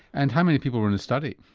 and how many people were in the study?